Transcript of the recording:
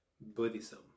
Buddhism